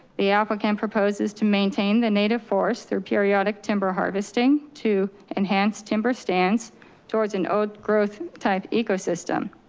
the applicant proposes to maintain the native forest through periodic timber harvesting to enhance timber stance towards an old growth type ecosystem.